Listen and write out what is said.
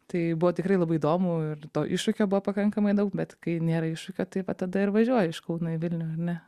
tai buvo tikrai labai įdomu ir to iššūkio buvo pakankamai daug bet kai nėra iššūkio tai va tada ir važiuoji iš kauno į vilnių ar ne